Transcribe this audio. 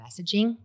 messaging